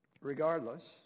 Regardless